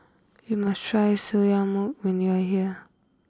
you must try Soya Milk when you are here